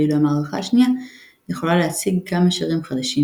ואילו המערכה השנייה יכולה להציג כמה שירים חדשים,